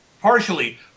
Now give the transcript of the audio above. partially